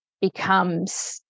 becomes